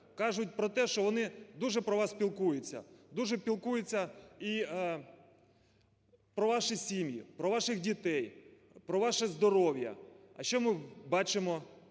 Кажуть про те, що вони дуже про вас піклуються, дуже піклуються і про ваші сім'ї, про ваших дітей, про ваше здоров'я. А що ми бачимо